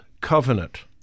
covenant